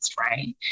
Right